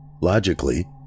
Logically